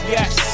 Yes